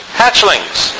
hatchlings